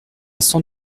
sans